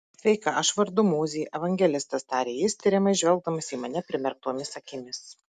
sveika aš vardu mozė evangelistas tarė jis tiriamai žvelgdamas į mane primerktomis akimis